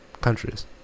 Countries